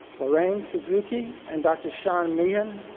lorraine suzuki and dr. sean mahan,